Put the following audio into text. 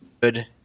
good